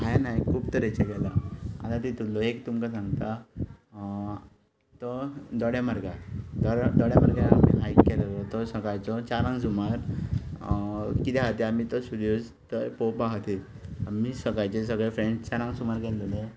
हांयेन हायक खूब तरेचे केल्या आतां तितुंतलो एक तुमकां सांगता तो दोडेमार्गार दोडेमार्गार आमी हायक केला तो सकाळचो चारांक सुमार कित्या खातीर आमी तो सुर्यास्त थंय पोवपा खातीर आमी सकाळचे सगळे फ्रॅंड्स चारांक सुमार गेलेले